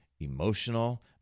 emotional